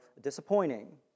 disappointing